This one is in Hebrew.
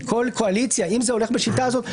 כי אם זה הולך בשיטה הזאת,